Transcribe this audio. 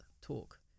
talk